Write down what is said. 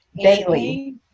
Daily